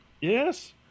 Yes